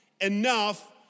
enough